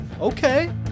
Okay